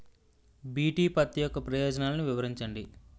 BT పత్తి యొక్క ప్రయోజనాలను వివరించండి?